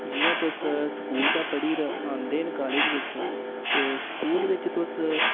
जि'यां तुस स्कूल दा पढ़ी 'र आंदे न कॉलेज़ बिच ते स्कूल बिच